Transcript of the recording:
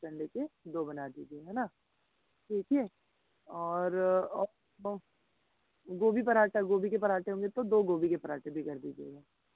पाँच अंडे कर दो बना दीजिए है न ठीक है और गोभी परांठा गोभी के पराँठे मतलब दो गोभी के पराँठे कर दीजिएगा